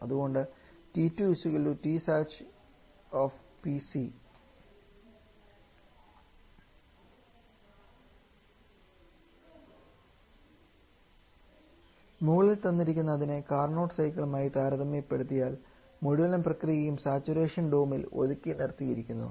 അതുകൊണ്ട് 𝑇2 𝑇𝑠𝑎𝑡 𝑃𝑐 മുകളിൽ തന്നിരിക്കുന്ന അതിനെ കാർനോട്ട് സൈക്കിളുമായി താരതമ്യപ്പെടുത്തിയാൽ മുഴുവൻ പ്രക്രിയയും സാച്ചുറേഷൻ ഡോമിൽ ഒതുക്കി നിർത്തിയിരിക്കുന്നു